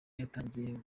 yatangiye